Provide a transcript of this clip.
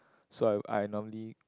so I I normally